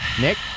Nick